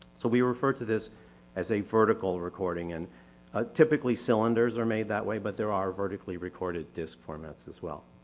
so we refer to this as a vertical recording and ah typically, cylinders are made that way, but there are vertically recorded disc formats as well.